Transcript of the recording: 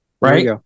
right